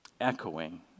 echoing